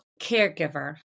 caregiver